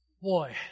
Boy